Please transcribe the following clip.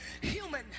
human